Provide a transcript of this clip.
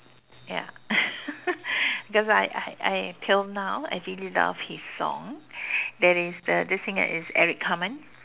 ya because I I I till now I really love his songs that is the singer is Eric Carmen